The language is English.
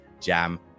Jam